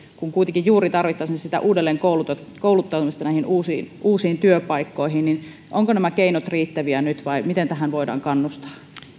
ja kuitenkin tarvittaisiin juuri sitä uudelleen kouluttautumista näihin uusiin uusiin työpaikkoihin niin ovatko nämä keinot nyt riittäviä vai miten tähän voidaan kannustaa